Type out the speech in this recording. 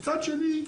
מצד שני,